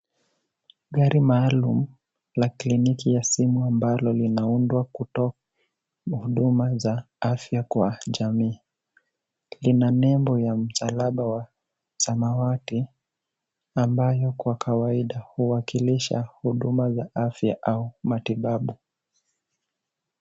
Gari maalum la kliniki ya simu ambalo linaundwa kutoa afya kwa jamii. Ina nembo ya msalaba wa samawati ambayo kwa kawaida huwakilisha huduma za afya au matibabu.